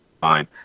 fine